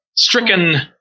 Stricken